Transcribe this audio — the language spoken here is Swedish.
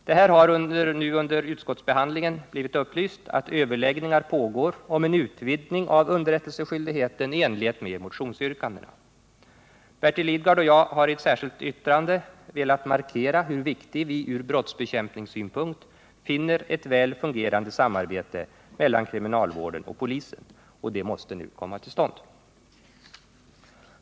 Det har under utskottsbehandlingen upplysts om att överläggningar pågår om en utvidgning av underrättelseskyldigheten i enlighet med motionsyr kandena. Bertil Lidgard och jag har i ett särskilt yttrande velat markera hur viktigt vi från brottsbekämpningssynpunkt finner ett väl fungerande samarbete mellan kriminalvården och polisen. Detta samarbete måste nu komma till stånd.